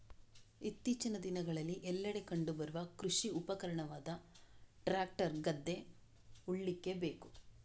ಇತ್ತೀಚಿನ ದಿನಗಳಲ್ಲಿ ಎಲ್ಲೆಡೆ ಕಂಡು ಬರುವ ಕೃಷಿ ಉಪಕರಣವಾದ ಟ್ರಾಕ್ಟರ್ ಗದ್ದೆ ಉಳ್ಳಿಕ್ಕೆ ಬೇಕು